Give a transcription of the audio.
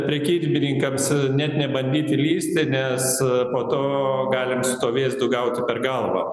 prekybininkams net nebandyti lįsti nes po to galim su tuo vėzdu gauti per galvą